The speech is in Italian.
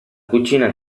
cucina